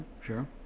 sure